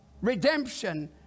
redemption